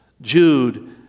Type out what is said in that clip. Jude